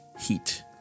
heat